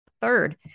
Third